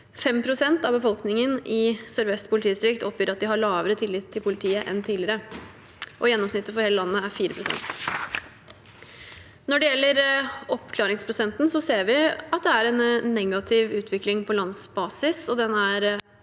av befolkningen i Sør-Vest politidistrikt oppgir at de har lavere tillit til politiet enn tidligere, og gjennomsnittet for hele landet er 4 pst. Når det gjelder oppklaringsprosenten, ser vi at det er en negativ utvikling på landsbasis, og den er